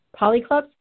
polyclubs